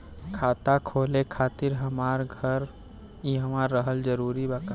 खाता खोले खातिर हमार घर इहवा रहल जरूरी बा का?